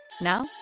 Now